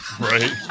Right